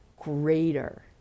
greater